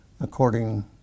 according